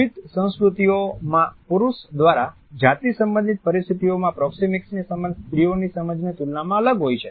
વિવિધ સંસ્કૃતિઓમાં પુરુષ દ્વારા જાતિ સંબંધિત પરિસ્થિતિમાં પ્રોક્સિમીક્સની સમજ સ્ત્રીઓની સમજની તુલનામાં અલગ હોય છે